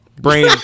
Brain